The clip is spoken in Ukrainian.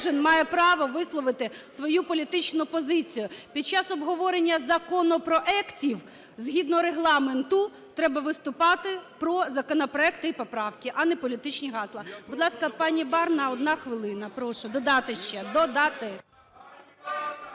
кожен має право висловити свою політичну позицію. Під час обговорення законопроектів згідно Регламенту треба виступати про законопроекти і поправки, а не політичні гасла. Будь ласка, пану Барна – одна хвилина, прошу. Додати ще, додати.